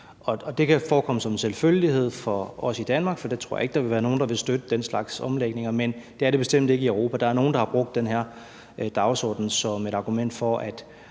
Det kan forekomme som en selvfølgelighed for os i Danmark, for jeg tror ikke, der vil være nogen, der vil støtte den slags omlægninger, men det er det bestemt ikke andre steder i Europa. Der er nogle, der har brugt den her dagsorden som et argument for, at